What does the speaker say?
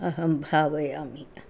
अहं भावयामि